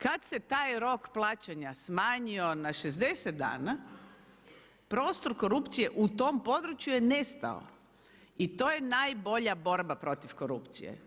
Kada se taj rok plaćanja smanjio na 60 dana prostor korupcije u tom području je nestao i to je najbolja borba protiv korupcije.